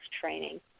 training